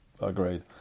Agreed